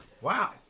Wow